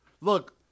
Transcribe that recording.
Look